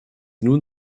nun